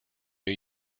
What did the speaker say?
new